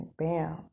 bam